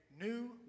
new